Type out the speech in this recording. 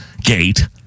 Gate